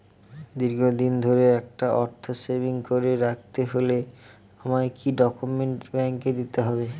দীর্ঘদিন ধরে একটা অর্থ সেভিংস করে রাখতে হলে আমায় কি কি ডক্যুমেন্ট ব্যাংকে দিতে হবে?